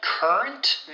Current